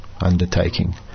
undertaking